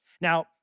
Now